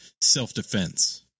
self-defense